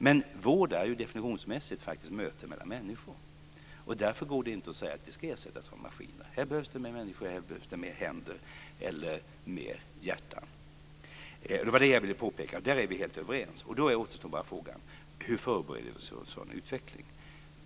Men vård är ju faktiskt definitionsmässigt möte mellan människor, därför går det inte att säga att de ska ersättas av maskiner. Här behövs det fler människor, här behövs det fler händer eller fler hjärtan. Det var detta jag ville påpeka, och där är vi helt överens. Då återstår bara frågan: Hur förbereder vi oss för en sådan utveckling?